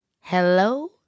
Hello